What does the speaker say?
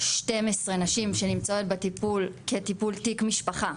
12 נשים שנמצאות בטיפול כטיפול תיק משפחה,